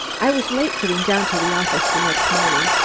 i was late getting down to the office the next morning,